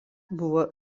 buvo